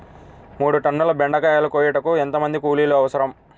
మూడు టన్నుల బెండకాయలు కోయుటకు ఎంత మంది కూలీలు అవసరం?